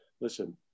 listen